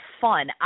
fun